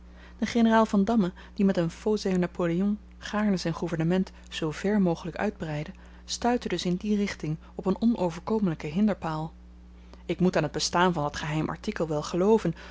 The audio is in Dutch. de generaal vandamme die met een faux air napoléon gaarne zyn gouvernement zoo vèr mogelyk uitbreidde stuitte dus in die richting op een onoverkomelyken hinderpaal ik moet aan t bestaan van dat geheim artikel wel gelooven